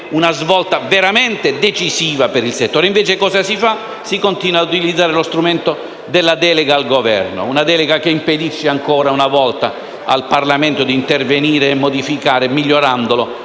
una svolta veramente decisiva per il settore. Invece cosa si fa? Si continua ad utilizzare lo strumento della delega al Governo, che, ancora una volta, impedisce al Parlamento di intervenire e modificare, migliorandolo,